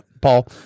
Paul